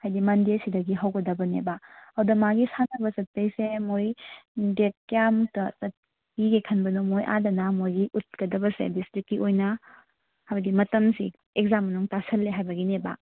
ꯍꯥꯏꯕꯗꯤ ꯃꯟꯗꯦꯁꯤꯗꯒꯤ ꯍꯧꯒꯗꯕꯅꯦꯕ ꯑꯗꯣ ꯃꯥꯒꯤ ꯁꯥꯟꯅꯕ ꯆꯠꯄꯒꯤꯁꯦ ꯃꯈꯣꯏ ꯗꯦꯗ ꯀꯌꯥꯃꯨꯛꯇ ꯆꯠꯄꯤꯒꯦ ꯈꯟꯕꯅꯣ ꯃꯈꯣꯏ ꯑꯥꯗꯅ ꯃꯈꯣꯏꯒꯤ ꯎꯠꯀꯗꯕꯁꯦ ꯗꯤꯁꯇ꯭ꯔꯤꯛꯀꯤ ꯑꯣꯏꯅ ꯍꯥꯏꯕꯗꯤ ꯃꯇꯝꯁꯤ ꯑꯦꯛꯖꯥꯝ ꯃꯅꯨꯡ ꯇꯥꯁꯤꯜꯂꯦ ꯍꯥꯏꯕꯒꯤꯅꯦꯕ